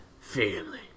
Family